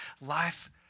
Life